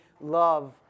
love